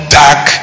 dark